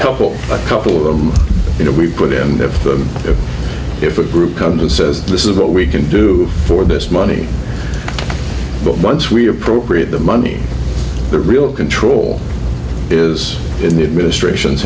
couple a couple of them you know we put in if the if a group comes and says this is what we can do for this money but once we appropriate the money the real control is in the administration's